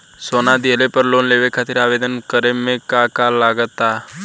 सोना दिहले पर लोन लेवे खातिर आवेदन करे म का का लगा तऽ?